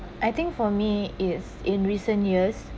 I think for me is in recent years